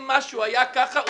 אם משהו היה ככה,